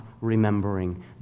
remembering